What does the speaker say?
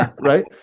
Right